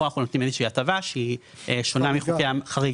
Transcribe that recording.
פה אנחנו נותנים איזו שהיא הטבה ששונה מחוקי החריגה